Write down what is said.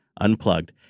unplugged